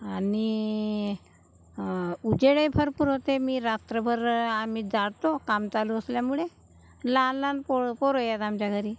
आणि उजेडही भरपूर होते मी रात्रभर आम्ही जातो काम चालू असल्यामुळे लहान लहान पो पोरं आहेत आमच्या घरी